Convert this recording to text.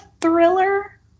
thriller